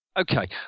okay